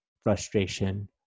frustration